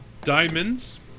Diamonds